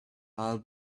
all